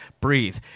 Breathe